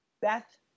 Beth